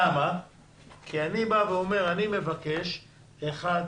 כי אז אני מבקש אחת,